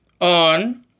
on